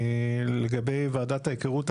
לגבי ועדת ההיכרות,